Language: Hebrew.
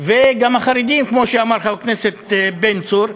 וגם החרדים, כמו שאמר חבר הכנסת בן צור,